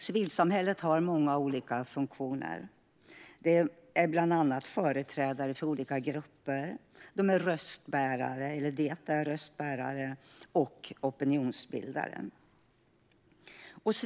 Civilsamhället har många olika funktioner. Det är bland annat företrädare för olika grupper, och det är röstbärare och opinionsbildare.